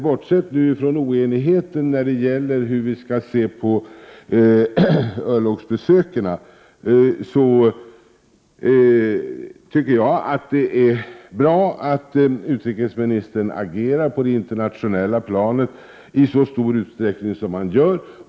Bortsett från oenigheten om hur vi skall se på örlogsbesöken tycker jag att det är bra att utrikesministern agerar på det internationella planet i så stor utsträckning som han gör.